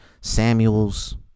Samuels